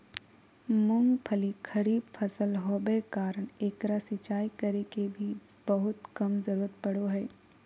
मूंगफली खरीफ फसल होबे कारण एकरा सिंचाई करे के भी बहुत कम जरूरत पड़ो हइ